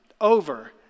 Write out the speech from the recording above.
over